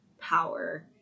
power